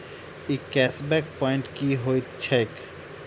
ई cash back point की होइत छैक?